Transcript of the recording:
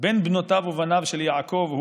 בין בנותיו ובניו של יעקב,